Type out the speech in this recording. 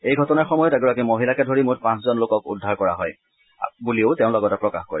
এই ঘটনাৰ সময়ত এগৰাকী মহিলাকে ধৰি মুঠ পাঁচজন লোকক উদ্ধাৰ কৰা হয় বুলিও তেওঁ লগতে প্ৰকাশ কৰে